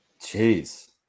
Jeez